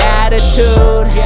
attitude